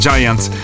Giants